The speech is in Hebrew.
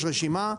יש רשימה.